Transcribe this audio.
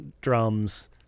drums